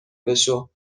بشو